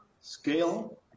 scale